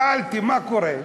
שאלתי: מה קורה?